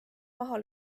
maha